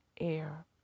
air